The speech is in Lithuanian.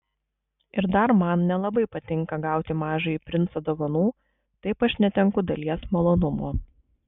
ir dar man nelabai patinka gauti mažąjį princą dovanų taip aš netenku dalies malonumo